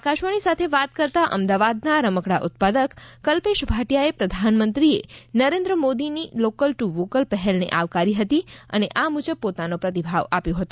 આકાશવાણી સાથે વાત કરતાં અમદાવાદનાં રમકડાં ઉત્પાદક કલ્પેશ ભાટિયાએ પ્રધાનમંત્રીએ નરેંન્દ્ર મોદીની લોકલ ટુ વોકલ પહેલને આવકારી હતી અને આ મુજબ પોતાનો પ્રતિભાવ આપ્યો હતો